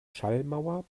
schallmauer